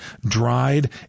dried